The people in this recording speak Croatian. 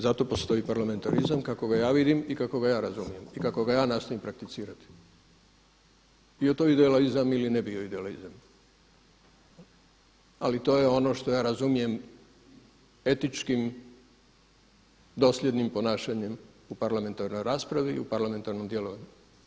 Zato postoj parlamentarizam kako ga ja vidim i kako ga ja razumijem i kako ga ja nastojim prakticirati, bio to idealizam ili ne bio idealizam, ali to je ono što ja razumijem etičkim, dosljednim ponašanjem u parlamentarnoj raspravi i u parlamentarnom djelovanju.